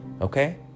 okay